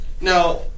Now